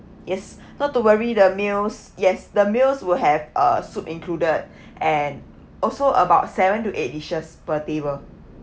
yes not to worry the meals yes the meals will have uh soup included and also about seven to eight dishes per table